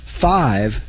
five